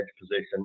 position